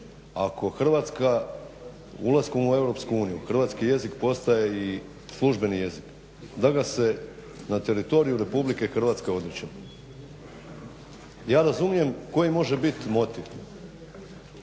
ako Hrvatska ulaskom u EU hrvatski jezik postaje i službeni jezik da ga se na teritoriju RH odričemo? Ja razumijem koji može biti motiv